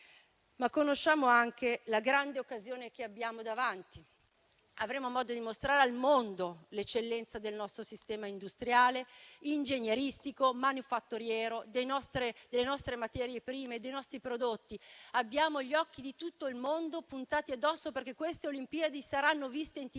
ma conosciamo anche la grande occasione che abbiamo davanti. Avremo modo di mostrare al mondo l'eccellenza del nostro sistema industriale, ingegneristico, manifatturiero, delle nostre materie prime, dei nostri prodotti. Abbiamo gli occhi di tutto il mondo puntati addosso, perché queste Olimpiadi saranno viste in TV